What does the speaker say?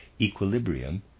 equilibrium